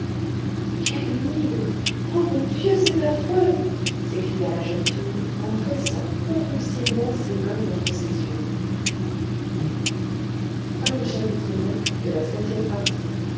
quelle énigme ô mon dieu c'est affreux s'écria la jeune fille en pressant convulsivement ses mains contre ses yeux